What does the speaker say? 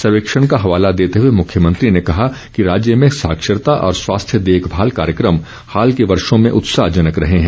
सर्वेक्षण का हवाला देते हुए मुख्यमंत्री ने कहा कि राज्य में साक्षरता और स्वास्थ्य देखभाल कार्यक्रम हाल के वर्षो में उत्साहजनक रहे हैं